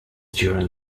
during